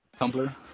Tumblr